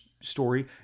story